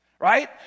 right